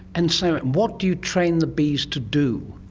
and so what do you train the bees to do?